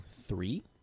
three